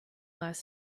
last